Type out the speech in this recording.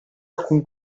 alcun